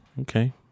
Okay